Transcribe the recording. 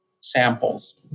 samples